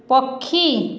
ପକ୍ଷୀ